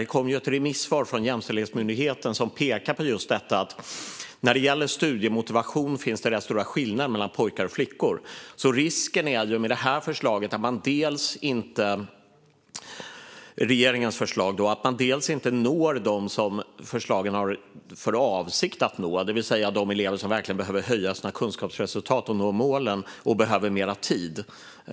Det kom ju ett remisssvar från Jämställdhetsmyndigheten, som just pekar på att det är rätt stora skillnader i studiemotivation mellan pojkar och flickor. Risken med regeringens förslag är att man inte når dem som förslagen har för avsikt att nå, det vill säga de elever som verkligen behöver höja sina kunskapsresultat och nå målen och som behöver mer tid.